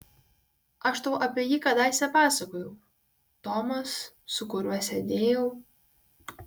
aš tau apie jį kadaise pasakojau tomas su kuriuo sėdėjau